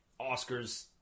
Oscars